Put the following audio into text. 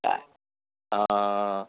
का हं